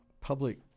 public